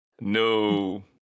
No